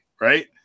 right